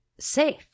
safe